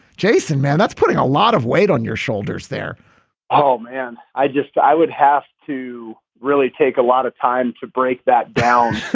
jason man, that's putting a lot of weight on your shoulders there oh, man, i just. i would have to really take a lot of time to break that down